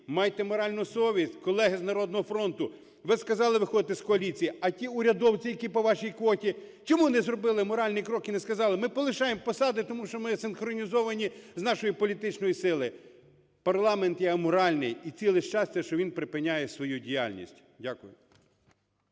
Майте моральну совість, колеги з "Народного фронту", ви сказали, виходите з коаліції. А ті урядовці, які по вашій квоті, чому не зробили моральний крок і не сказали: ми полишаємо посади, тому що ми синхронізовані з нашою політичною силою? Парламент є аморальний і ціле щастя, що він припиняє свою діяльність. Дякую.